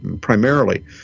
primarily